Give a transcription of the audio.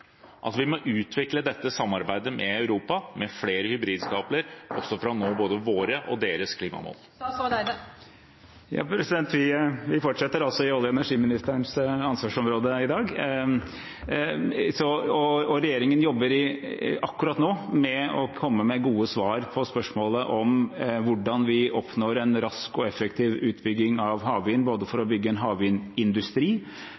at vi må utvikle dette samarbeidet med Europa, med flere hybridkabler også for å nå både våre og deres klimamål? Vi fortsetter altså i olje- og energiministerens ansvarsområde i dag. Regjeringen jobber akkurat nå med å komme med gode svar på spørsmålet om hvordan vi oppnår en rask og effektiv utbygging av havvind, både for